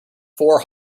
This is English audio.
four